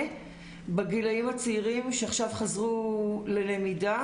בגילאים הצעירים שעכשיו חזרו ללמידה.